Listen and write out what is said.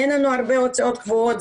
אין לנו הרבה הוצאות קבועות,